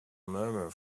murmur